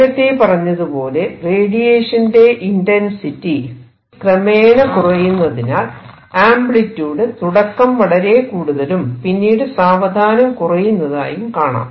നേരത്തെ പറഞ്ഞതുപോലെ റേഡിയേഷന്റെ ഇന്റർസിറ്റി ക്രമേണ കുറയുന്നതിനാൽ ആംപ്ലിട്യൂഡ് തുടക്കം വളരെ കൂടുതലും പിന്നീട് സാവധാനം കുറയുന്നതായും കാണാം